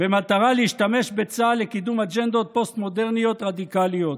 במטרה להשתמש בצה"ל לקידום אג'נדות פוסט-מודרניות רדיקליות.